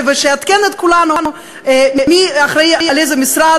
ותעדכן את כולנו מי אחראי לאיזה משרד,